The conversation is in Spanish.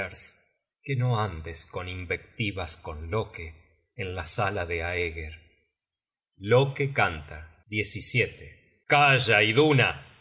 que no andes en invectivas con loke en la sala de aeger loke canta calla iduna